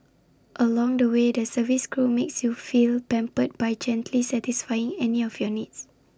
along the way the service crew makes you feel pampered by gently satisfying any of your needs